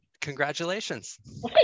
congratulations